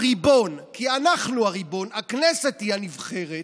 הריבון כי אנחנו הריבון, הכנסת היא הנבחרת,